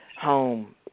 home